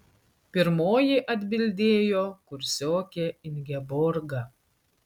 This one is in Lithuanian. pirmoji atbildėjo kursiokė ingeborga